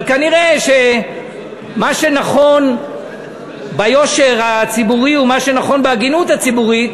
אבל כנראה מה שנכון ביושר הציבורי ומה שנכון בהגינות הציבורית,